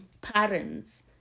parents